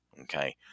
Okay